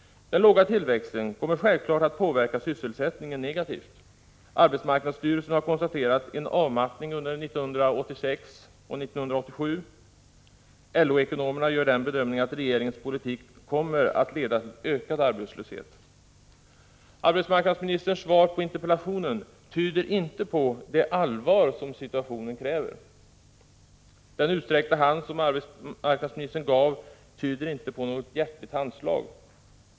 Den låga tillväxten kommer självfallet att påverka sysselsättningen negativt. Arbetsmarknadsstyrelsen har konstaterat en avmattning under 1986 och 1987. LO-ekonomerna gör den bedömningen att regeringens politik kommer att leda till ökad arbetslöshet. Arbetsmarknadsministerns svar på interpellationen tyder inte på att hon tar frågan på det allvar som situationen kräver. Arbetsmarknadsministerns utsträckta hand verkar inte leda till något hjärtligt handslag.